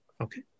Okay